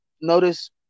Notice